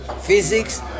physics